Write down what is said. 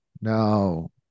no